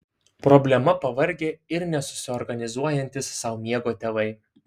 problema pavargę ir nesusiorganizuojantys sau miego tėvai